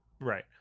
Right